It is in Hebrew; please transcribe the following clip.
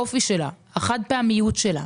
שתחפש ב-גוגל.